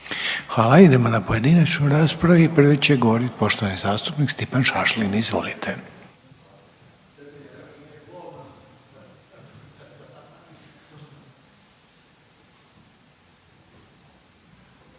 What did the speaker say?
Prelazimo na pojedinačnu raspravu i prva će govoriti poštovana zastupnica Anka Mrak Taritaš. Izvolite.